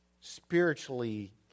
spiritually